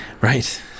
Right